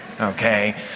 okay